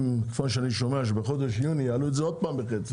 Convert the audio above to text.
אם אני שומע שבחודש יוני יעלו עוד פעם את המחיר,